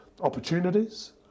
opportunities